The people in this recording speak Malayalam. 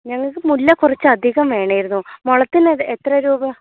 ഞങ്ങൾക്ക് മുല്ല കുറച്ചധികം വേണമായിരുന്നു മുളത്തിന് എത്ര രൂപ